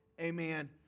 Amen